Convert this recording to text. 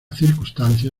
circunstancia